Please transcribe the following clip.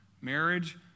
marriage